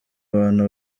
abantu